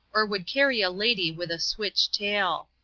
or would carry a lady with a switch tail.